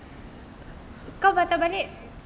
kau kata balik